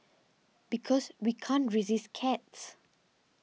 because we can't resist cats